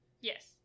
Yes